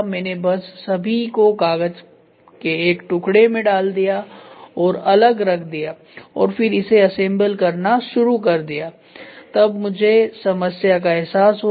मैंने बस सभी को कागज के एक टुकड़े में डाल दिया और अलग रख दिया और फिर इसे असेंबल करना शुरू कर दिया तब मुझे समस्या का एहसास हुआ